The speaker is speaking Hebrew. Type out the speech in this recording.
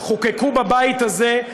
חוקקו בבית הזה,